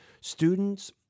students